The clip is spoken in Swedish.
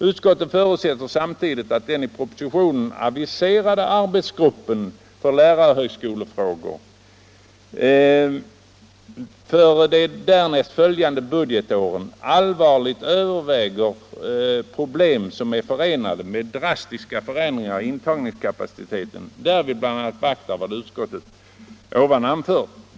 Utskottet förutsätter samtidigt att den i propositionen aviserade arbetsgruppen för lärarhögskolefrågor för de därnäst följande budgetåren allvarligt överväger problem som är förenade med drastiska förändringar i intagningskapacitet och därvid bl.a. beaktar vad utskottet ovan anfört.